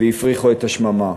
והפריחו את השממה.